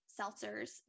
seltzers